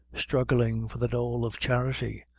struggling for the dole of charity,